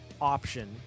option